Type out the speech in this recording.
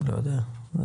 לא יודע.